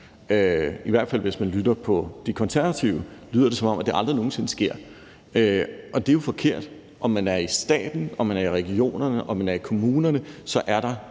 i hvert fald hvis man lytter til De Konservative, lyder det, som om det aldrig nogen sinde sker. Det er jo forkert. Om man er i staten, om man er i regionerne, om man er i kommunerne, så er der